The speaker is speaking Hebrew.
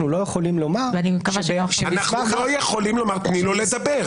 -- אנחנו לא יכולים לומר ---- ואני מקווה --- תני לו לדבר.